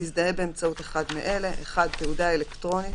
יזדהה באמצעות אחד מאלה: (1) תעודה אלקטרונית,